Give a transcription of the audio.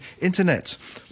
Internet